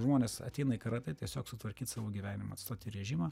žmonės ateina į karatė tiesiog sutvarkyt savo gyvenimą atstoti režimą